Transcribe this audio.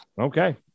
Okay